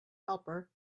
helper